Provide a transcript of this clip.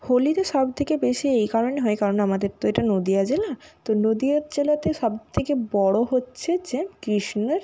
হোলিতে সব থেকে বেশি এই কারণে হয় কারণ আমাদের তো এটা নদীয়া জেলা তো নদীয়া জেলাতে সব থেকে বড়ো হচ্ছে যে কৃষ্ণের